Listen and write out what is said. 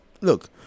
look